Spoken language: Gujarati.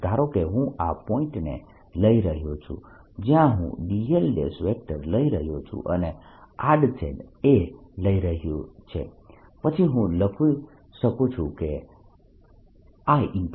ધારો કે હું આ પોઇન્ટને લઈ રહ્યો છું જ્યાં હું dl લઈ રહ્યો છું અને આડછેદ a લઇ રહ્યો છે પછી હું લખી શકું છું કે IdlJr